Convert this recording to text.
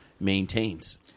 Maintains